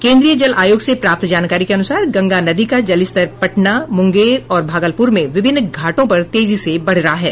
केन्द्रीय जल आयोग से प्राप्त जानकारी के अनुसार गंगा नदी का जलस्तर पटना मुंगेर और भागलपुर में विभिन्न घाटों पर तेजी से बढ़ रहा है